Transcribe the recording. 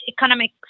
economic